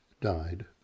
died